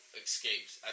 escapes